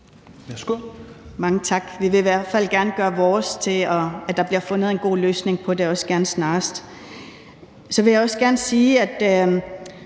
(IA): Mange tak. Vi vil i hvert fald gerne gøre vores til, at der bliver fundet en god løsning på det, også gerne snarest. Jeg snakker jo